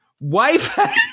Wife